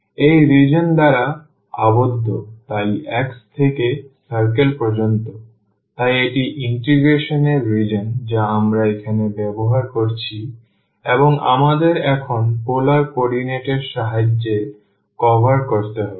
এই রিজিওন দ্বারা আবদ্ধ তাই x থেকে circle পর্যন্ত তাই এটি ইন্টিগ্রেশন এর রিজিওন যা আমরা এখানে ব্যবহার করছি এবং আমাদের এখন পোলার কোঅর্ডিনেট এর সাহায্যে কভার করতে হবে